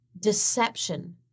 deception